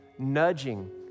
nudging